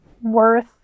worth